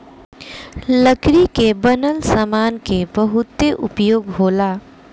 लकड़ी के बनल सामान के बहुते उपयोग होला